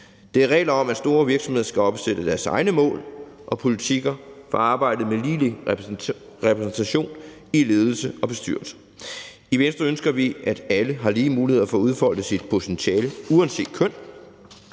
Det er regler om, at store virksomheder skal opstille deres egne mål og politikker for arbejdet med ligelig repræsentation i ledelse og bestyrelse. I Venstre ønsker vi, at alle har lige muligheder for at udfolde deres potentiale uanset køn.